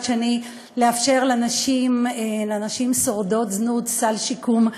שני לאפשר לנשים שורדות זנות סל שיקום נרחב.